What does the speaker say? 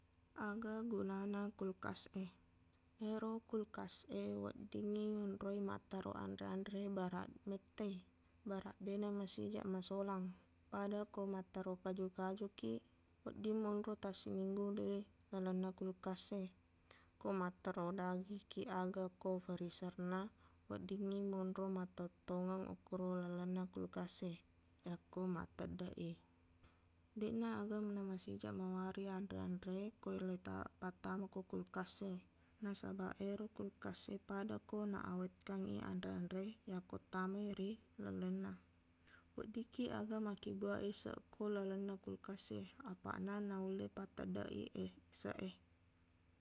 Aga gunana kulkas e ero kulkas e weddingngi nonroi mattaro anre-anre baraq mettai baraq deqna masijaq masolang pada ko mattaro kaju-kajukiq wedding monro tassiminggu ri lalenna kulkas e ko mattaro dagikkiq aga ko freezerna weddingngi monro tauq-taungeng okkoro lalenna kulkas e yakko matteddeq i deqna aga namasijaq mawari anre-anre ko leita- pattama ko kulkas e nasabaq ero kulkas e pada ko na awetkan i anre-anre yakko tamai ri lalenna weddikkiq aga makkibbuaq eseq ko lalenna kulkas e apaqna naulle patteddeq i eseq e